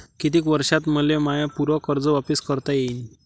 कितीक वर्षात मले माय पूर कर्ज वापिस करता येईन?